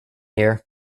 year